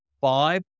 Five